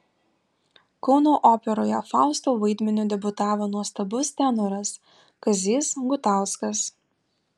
kauno operoje fausto vaidmeniu debiutavo nuostabus tenoras kazys gutauskas